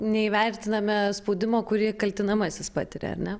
neįvertiname spaudimo kurį kaltinamasis patiria ar ne